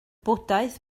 bwdhaeth